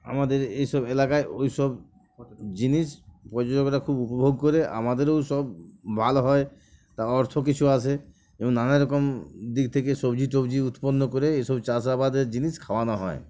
আমাদের এইসব এলাকায় ওইসব জিনিস পর্যটকরা খুব উপভোগ করে আমাদেরও সব ভালো হয় তা অর্থ কিছু আসে এবং নানারকম দিক থেকে সবজি টবজি উৎপন্ন করে এইসব চাষ আবাদের জিনিস খাওয়ানো হয়